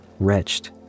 Wretched